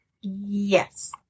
Yes